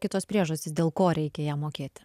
kitos priežastys dėl ko reikia ją mokėti